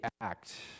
act